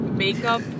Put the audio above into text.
Makeup